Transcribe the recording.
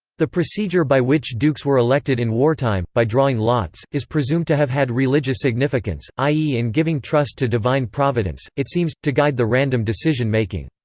the procedure by which dukes were elected in wartime, by drawing lots, is presumed to have had religious significance, i e. in giving trust to divine providence it seems to guide the random decision making.